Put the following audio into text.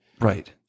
Right